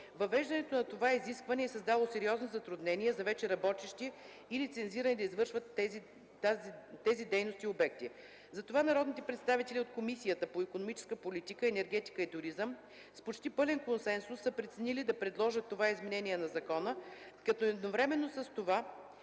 Въвеждането на това изискване е създало сериозни затруднения за вече работещи и лицензирани да извършват тази дейност обекти. Затова народните представители от Комисия по икономическа политика, енергетика и туризъм с почти пълен консенсус са преценили да предложат това изменение на закона, като едновременно с това